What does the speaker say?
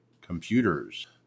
computers